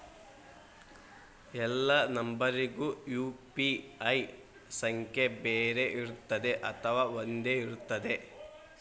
ಎಲ್ಲಾ ನಂಬರಿಗೂ ಯು.ಪಿ.ಐ ಸಂಖ್ಯೆ ಬೇರೆ ಇರುತ್ತದೆ ಅಥವಾ ಒಂದೇ ಇರುತ್ತದೆ?